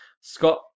Scott